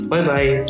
Bye-bye